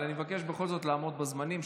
אבל אני מבקש בכל זאת לעמוד בזמנים.